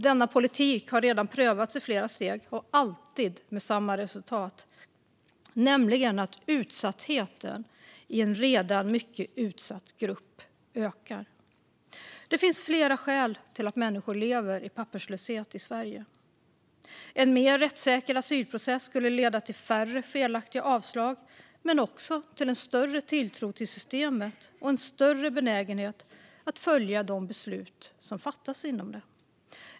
Denna politik har redan prövats i flera steg och alltid med samma resultat, nämligen att utsattheten i en redan mycket utsatt grupp ökar. Det finns flera skäl till att människor lever i papperslöshet i Sverige. En mer rättssäker asylprocess skulle leda till färre felaktiga avslag men också till en större tilltro till systemet och en ökad benägenhet att följa de beslut som fattas inom det.